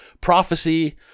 prophecy